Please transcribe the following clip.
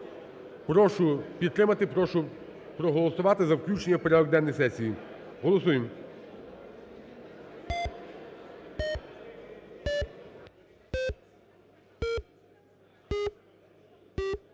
Прошу підтримати. Прошу проголосувати за включення в порядок денний сесії. Голосуєм.